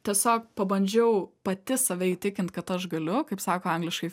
tiesiog pabandžiau pati save įtikint kad aš galiu kaip sako angliškai